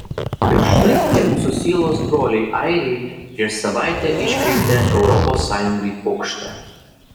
ir štai tie mūsų sielos broliai airiai prieš savaitę iškrėtė europos sąjungai pokštą